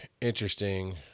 interesting